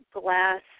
glass